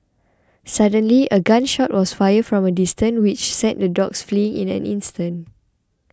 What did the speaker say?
suddenly a gun shot was fired from a distance which sent the dogs fleeing in an instant